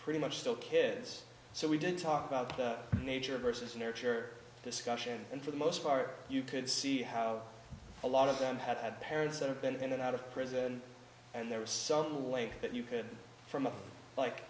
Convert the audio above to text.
pretty much still kids so we didn't talk about the nature of versus nurture discussion and for the most part you could see how a lot of them have had parents that have been in and out of prison and there was some way that you could from a like